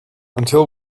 until